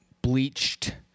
bleached